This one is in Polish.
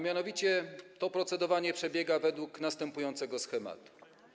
Mianowicie to procedowanie przebiega według następującego schematu.